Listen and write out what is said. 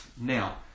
now